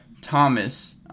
Thomas